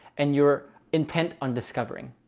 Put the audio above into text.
and you're intent on discovering.